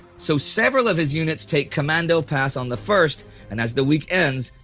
so several of his units take commando pass on the first and as the week ends,